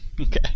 okay